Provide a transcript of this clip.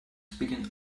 speaking